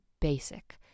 basic